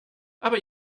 aber